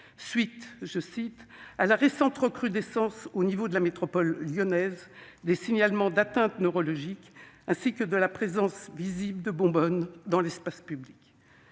ayant constaté « la [récente] recrudescence, au niveau de la métropole lyonnaise, des signalements d'atteinte neurologique, ainsi que la présence visible de bonbonnes dans l'espace public